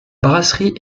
brasserie